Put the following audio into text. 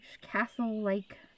castle-like